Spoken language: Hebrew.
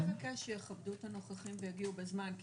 אני רוצה לבקש שיכבדו את הנוכחים ויגיעו בזמן לישיבות כי